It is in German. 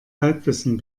halbwissen